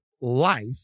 life